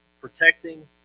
protecting